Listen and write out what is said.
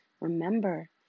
remember